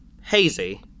hazy